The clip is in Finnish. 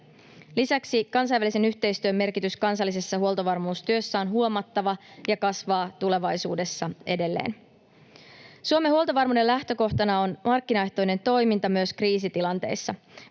Lisäksi kansainvälisen yhteistyön merkitys kansallisessa huoltovarmuustyössä on huomattava ja kasvaa tulevaisuudessa edelleen. Suomen huoltovarmuuden lähtökohtana on markkinaehtoinen toiminta myös kriisitilanteissa.